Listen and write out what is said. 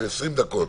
20 דקות,